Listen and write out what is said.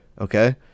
Okay